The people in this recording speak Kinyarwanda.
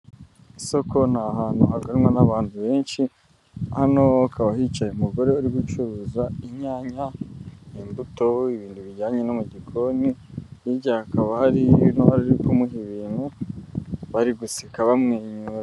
Isoko ni ahantu haganwa n'abantu benshi, hano hakaba hicaye umugore uri gucuruza inyanya, imbuto, ibintu bijyanye no mu gikoni, hirya hakaba hari n'uwari uri kumuha ibintu bari guseka bamwenyura.